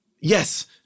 yes